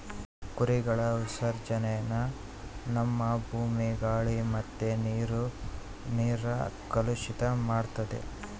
ಕುರಿಗಳ ವಿಸರ್ಜನೇನ ನಮ್ಮ ಭೂಮಿ, ಗಾಳಿ ಮತ್ತೆ ನೀರ್ನ ಕಲುಷಿತ ಮಾಡ್ತತೆ